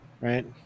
right